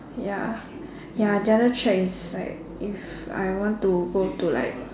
ya ya the other track is like if I want to go to like